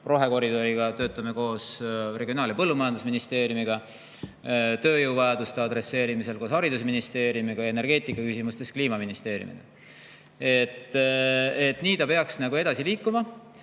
Rohekoridori puhul töötame koos Regionaal- ja Põllumajandusministeeriumiga, tööjõuvajaduste adresseerimisel koos haridusministeeriumiga ja energeetikaküsimustes Kliimaministeeriumiga. Nii peaks edasi liikuma.